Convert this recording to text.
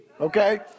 Okay